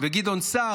וגדעון סער,